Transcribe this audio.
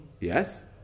Yes